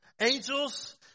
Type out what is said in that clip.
Angels